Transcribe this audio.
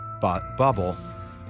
bubble